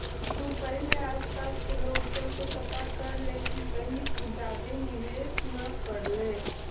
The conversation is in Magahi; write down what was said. तु पहिले आसपास के लोग सब से पता कर ले कि कहीं तु ज्यादे निवेश न कर ले